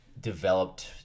developed